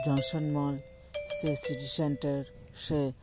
ᱫᱩᱨᱜᱟᱯᱩᱨ ᱨᱮᱭᱟ junction mall ᱥᱮ city centre ᱥᱮ